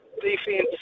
defense